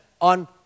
on